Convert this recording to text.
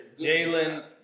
Jalen